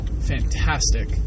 fantastic